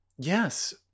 Yes